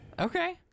Okay